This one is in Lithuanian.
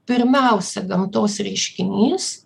pirmiausia gamtos reiškinys